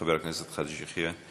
חבר הכנסת חאג' יחיא.